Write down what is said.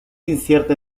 incierta